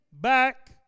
back